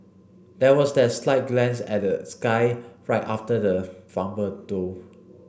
there was that slight glance and the sky right after the fumble though